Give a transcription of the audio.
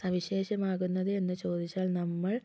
സവിശേഷമാകുന്നത് എന്ന് ചോദിച്ചാൽ നമ്മൾ